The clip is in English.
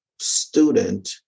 student